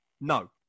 No